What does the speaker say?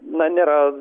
na nėra